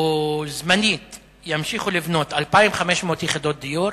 וזמנית ימשיכו לבנות 2,500 יחידות דיור,